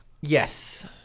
Yes